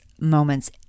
moments